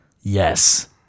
Yes